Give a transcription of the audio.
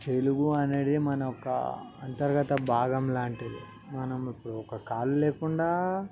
తెలుగు అనేది మన యొక్క అంతర్గత భాగం లాంటిది మనం ఇప్పుడు ఒక కాలు లేకుండా